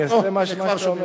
אני אעשה מה שאתה אומר.